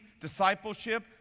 discipleship